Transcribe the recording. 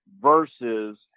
versus